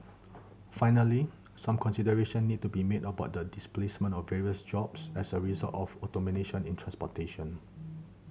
finally some consideration need to be made about the displacement of various jobs as a result of automation in transportation